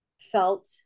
felt